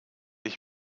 ich